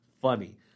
funny